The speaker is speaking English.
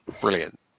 Brilliant